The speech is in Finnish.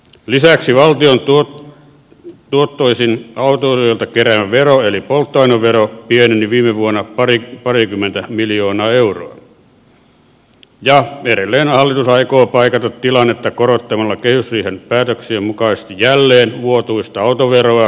lisäksi valtion tuottoisin autoilijoilta keräämä vero eli polttoainevero pieneni viime vuonna parikymmentä miljoonaa euroa ja edelleen hallitus aikoo paikata tilannetta korottamalla kehysriihen päätöksien mukaisesti jälleen vuotuista autoveroa ja polttoaineveroa eli kierre jatkuu